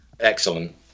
excellent